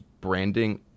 branding